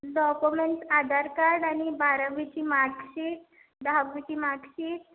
document Aadhaar card आणि बारावीची marksheet दहावीची मार्कशीट